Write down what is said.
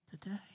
today